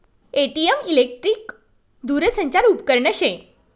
ATM electric दूरसंचार उपकरन शे